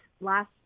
last